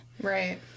Right